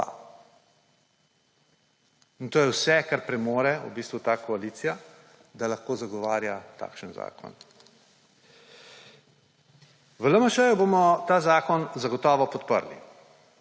In to je vse, kar premore v bistvu ta koalicija, da lahko zagovarja takšen zakon. V LMŠ bomo ta zakon zagotovo podprli